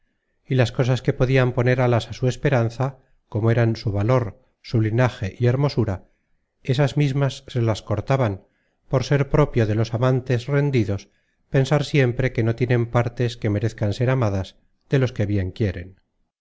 y las cosas que podian poner alas á su esperanza como eran su valor su linaje y hermosura esas mismas se las cortaban por ser propio de los amantes rendidos pensar siempre que no tienen partes que merezcan ser amadas de los que bien quieren